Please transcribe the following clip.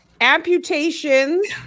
amputations